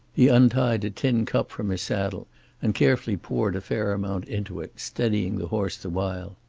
he untied a tin cup from his saddle and carefully poured a fair amount into it, steadying the horse the while.